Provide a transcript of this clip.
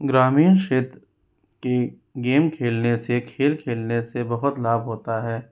ग्रामीण क्षेत्र की गेम खेलने से खेल खेलने से बहुत लाभ होता है